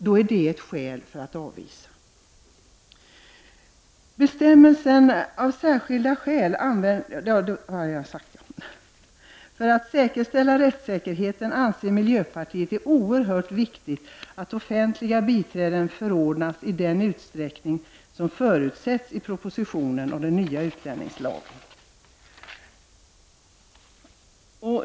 Då är det skäl för att avvisa. För att säkerställa rättssäkerheten anser miljöpartiet det oerhört viktigt att offentliga biträden förordnas i den utsträckning som förutsätts i propositionen om den nya utlänningslagen.